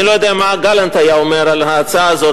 אני לא יודע מה גלנט היה אומר על ההצעה הזאת,